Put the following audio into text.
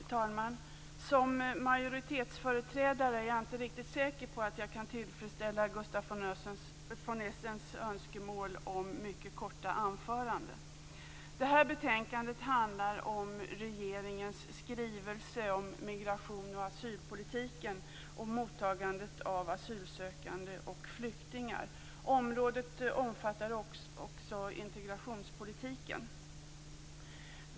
Fru talman! Som majoritetsföreträdare är jag inte riktigt säker på att jag kan tillfredsställa Gustaf von Essens önskemål om mycket korta anföranden. Detta betänkande handlar om regeringens skrivelse om migration och asylpolitik och mottagandet av asylsökande och flyktingar. Området omfattar också integrationspolitiken.